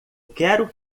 quero